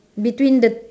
between the